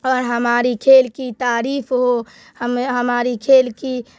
اور ہماری کھیل کی تعریف ہو ہمیں ہماری کھیل کی